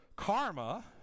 Karma